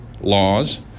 laws